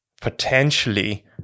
potentially